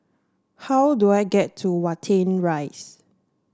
how do I get to Watten Rise